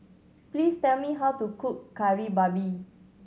please tell me how to cook Kari Babi